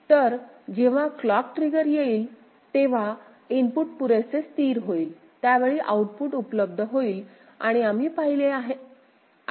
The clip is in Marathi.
तर जेव्हा क्लॉक ट्रिगर येईल तेव्हा इनपुट पुरेसे स्थिर होईल त्या वेळी केवळ आउटपुट उपलब्ध होईल